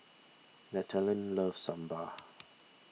Nathanael loves Sambar